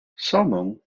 salmão